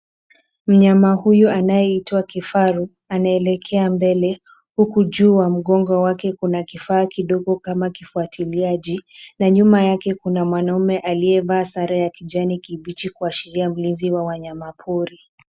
Mnyama huyu anayeitwa kifaru anaelekea mbele huku juu wa mgongo wake kuna kifaa kidogo kama kifwatiliaji na nyuma yake kuna mwanaume aliyevaa sare ya kijani kibichi kuashiria mlinzi wa wanyama pori.